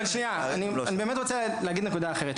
אבל אני באמת רוצה להגיד נקודה אחרת.